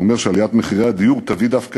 הוא אומר שעליית מחירי הדיור תביא דווקא